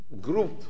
group